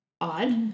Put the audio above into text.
odd